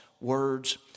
words